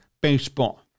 baseball